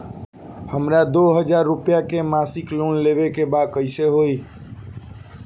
हमरा दो हज़ार रुपया के मासिक लोन लेवे के बा कइसे होई?